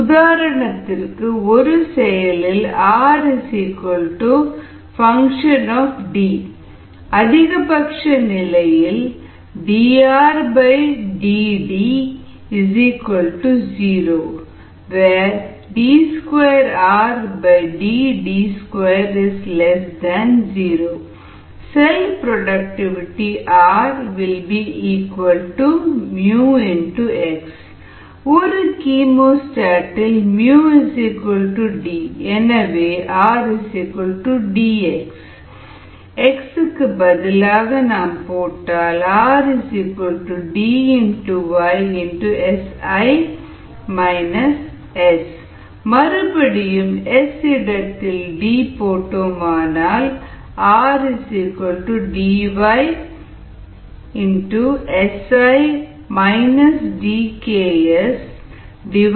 உதாரணத்திற்கு ஒரு செயலில் R f அதிகபட்ச நிலையில் dRdD0d2RdD20 cell productivity R R 𝜇 x ஒரு கீமோஸ்டாட் இல் 𝜇 D எனவே RDx எக்ஸ்க்கு பதிலாக போட்டால் RDYxs மறுபடியும் S இடத்தில் D போட்டால் RDYxsSi DKs